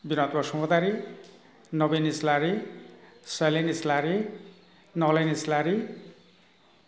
Binod Basumatary Nabin Islary Sailen Islary Nalen Islary